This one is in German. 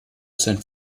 sein